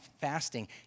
fasting